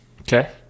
Okay